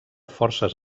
forces